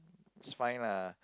it's fine lah